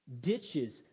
ditches